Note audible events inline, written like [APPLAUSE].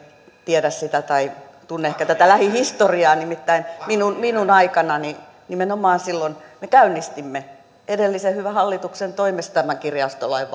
tiedä sitä tai tunne ehkä tätä lähihistoriaa nimittäin minun minun aikanani nimenomaan silloin me käynnistimme edellisen hyvän hallituksen toimesta tämän kirjastolain [UNINTELLIGIBLE]